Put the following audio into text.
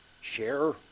share